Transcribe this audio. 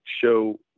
show